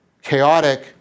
Chaotic